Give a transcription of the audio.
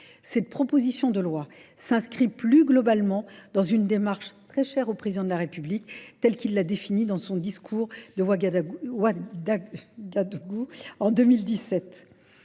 Cette proposition de loi s'inscrit plus globalement dans une démarche très chère au Président de la République, telle qu'il l'a définie dans son discours de Ouagadougou en 2017.